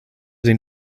den